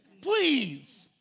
Please